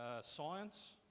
science